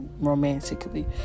romantically